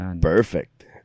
perfect